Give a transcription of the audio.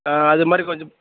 ஆ அதுமாதிரி கொஞ்சம்